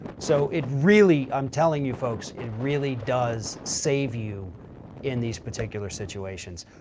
so it really, i'm telling you folks, it really does save you in these particular situations.